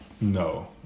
no